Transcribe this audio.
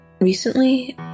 recently